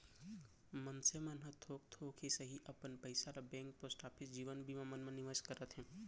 मनसे मन ह थोक थोक ही सही अपन पइसा ल बेंक, पोस्ट ऑफिस, जीवन बीमा मन म निवेस करत हे